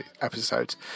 episodes